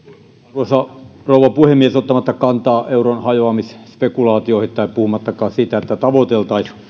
arvoisa rouva puhemies ottamatta kantaa euron hajoamisspekulaatioihin tai puhumattakaan siitä että tavoiteltaisiin